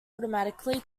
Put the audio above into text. automatically